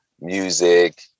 music